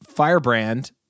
Firebrand